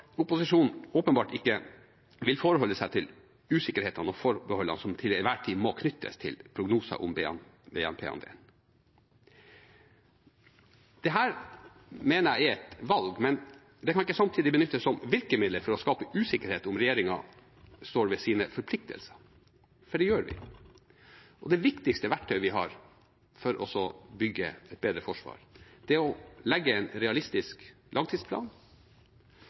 Opposisjonen vil åpenbart ikke forholde seg til usikkerhetene og forbeholdene som til enhver tid må knyttes til prognoser om BNP-andel. Det mener jeg er et valg, men det kan ikke samtidig benyttes som virkemidler for å skape usikkerhet om regjeringen står ved sine forpliktelser, for det gjør vi. Det viktigste verktøyet vi har for å bygge et bedre forsvar, er å legge en realistisk langtidsplan,